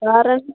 ਕਾਰਨ